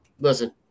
listen